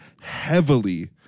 heavily